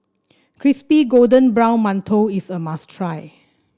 Crispy Golden Brown Mantou is a must try